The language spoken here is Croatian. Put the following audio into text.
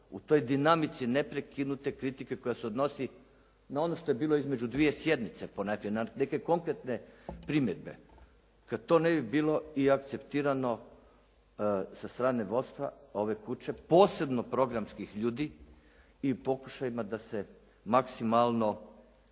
u toj dinamici neprekinute kritike koja se odnosi na ono što je bilo između dvije sjednice, ponajprije na neke konkretne primjedbe, kad to ne bi bilo i akceptirano sa strane vodstva ove kuće posebno programskih ljudi i pokušajima da se maksimalno